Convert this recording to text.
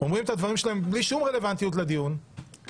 אומרים את הדברים שלהם בלי שום רלוונטיות לדיון והולכים.